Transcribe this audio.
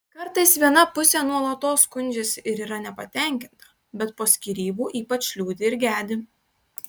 kartais viena pusė nuolatos skundžiasi ir yra nepatenkinta bet po skyrybų ypač liūdi ir gedi